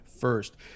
first